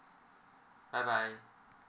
bye bye